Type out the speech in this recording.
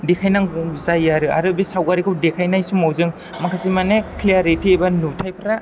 देखायनांगौ जायो आरो आरो बे सावगारिखौ देखायनाय समाव जों माखासे माने क्लियारिथि एबा नुथाइफ्रा